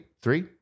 Three